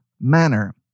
manner